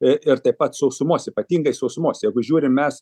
ir taip pat sausumos ypatingai sausumos jeigu žiūrim mes